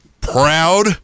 proud